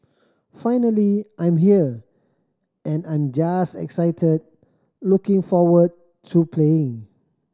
finally I'm here and I'm just excited looking forward to playing